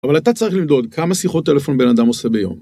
אבל אתה צריך למדוד כמה שיחות טלפון בן אדם עושה ביום.